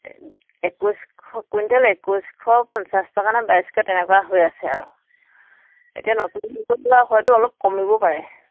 একৈছশ quintal একৈছশ পঞ্চাছ টকা নে বাইছশ তেনেকুৱা হৈ আছে আৰু এতিয়া নতুন নতুন হয়তো অলপ কমিব পাৰে